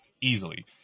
easily